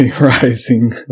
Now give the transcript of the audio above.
rising